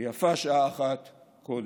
ויפה שעת אחת קודם.